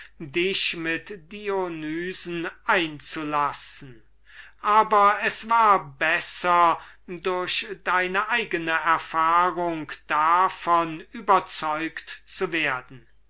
dich mit dionysen einzulassen aber es war besser durch deine eigne erfahrung davon überzeugt zu werden